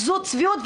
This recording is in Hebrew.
זו צביעות,